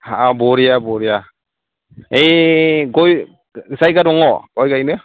बरिया बरिया ओइ गय जायगा दङ गय गायनो